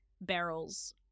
barrels